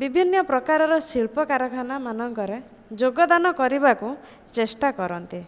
ବିଭିନ୍ନପ୍ରକାରର ଶିଳ୍ପ କାରଖାନାମାନଙ୍କରେ ଯୋଗଦାନ କରିବାକୁ ଚେଷ୍ଟାକରନ୍ତି